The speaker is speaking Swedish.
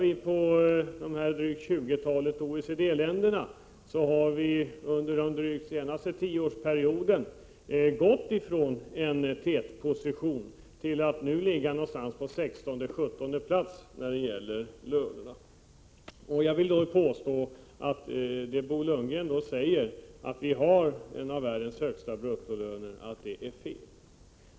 Om vi jämför med tjugotalet OECD-länder finner vi att vi under den senaste tioårsperioden gått ifrån en tätposition till att nu ligga någonstans på 16:e eller 17:e plats. Jag vill påstå att det är fel som Bo Lundgren säger att vi har världens högsta bruttolöner.